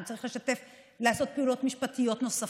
אם צריך לעשות פעולות משפטיות נוספות,